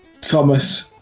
Thomas